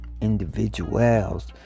individuals